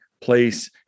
place